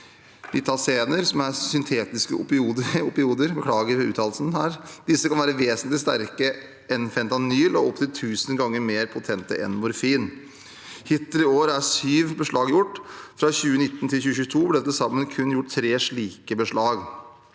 nitazener, som er syntetiske opioider. Disse kan være ve sentlig sterkere enn fentanyl og opp til 1 000 ganger mer potente enn morfin. Hittil i år er sju beslag gjort. Fra 2019 til 2022 ble det til sammen kun gjort tre slike beslag.